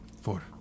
Four